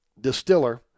distiller